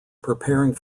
preparing